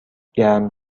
گرم